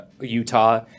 Utah